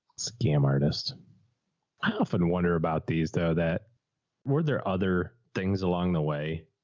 scam. artists often wonder about these though, that were there other things along the way?